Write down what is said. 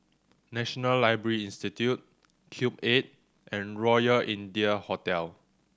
National Library Institute Cube Eight and Royal India Hotel